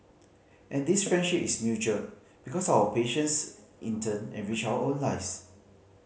and this friendship is mutual because our patients in turn enrich our own lives